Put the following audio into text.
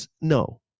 no